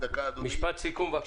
משפט סיכום.